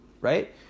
Right